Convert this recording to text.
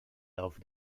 laufe